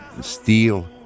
steel